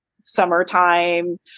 summertime